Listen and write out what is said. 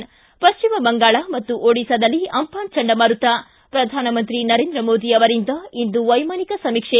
ಿ ಪಶ್ಚಿಮ ಬಂಗಾಳ ಮತ್ತು ಓಡಿಸ್ತಾದಲ್ಲಿ ಅಂಘಾನ್ ಚಂಡಮಾರುತ ಪ್ರಧಾನಮಂತ್ರಿ ನರೇಂದ್ರ ಮೋದಿ ಅವರಿಂದ ಇಂದು ವೈಮಾನಿಕ ಸಮೀಕ್ಷೆ